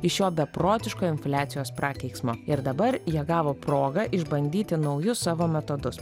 iš šio beprotiško infliacijos prakeiksmo ir dabar jie gavo progą išbandyti naujus savo metodus